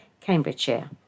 Cambridgeshire